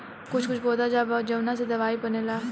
कुछ कुछ पौधा बा जावना से दवाई बनेला